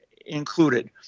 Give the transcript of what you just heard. included